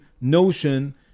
notion